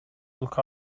look